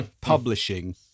publishing –